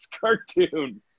cartoon